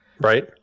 right